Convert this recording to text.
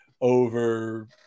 over